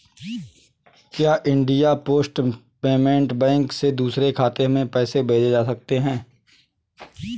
क्या India post payment bank से दूसरे खाते में पैसे भेजे जा सकते हैं?